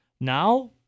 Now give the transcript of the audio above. Now